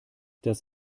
das